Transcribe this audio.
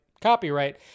copyright